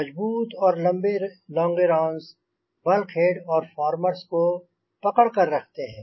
मज़बूत और लम्बे लोंगेरोंस बल्क्हेड और फोर्मेर्स को पकड़ कर रखते हैं